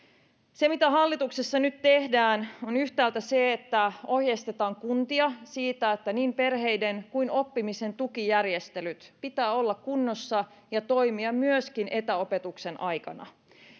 se mitä hallituksessa nyt tehdään on se että yhtäältä ohjeistetaan kuntia siitä että niin perheiden kuin oppimisen tukijärjestelyjen pitää olla kunnossa ja toimia myöskin etäopetuksen aikana